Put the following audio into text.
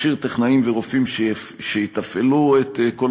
מכשיר טכנאים ורופאים שיתפעלו את כל